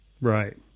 Right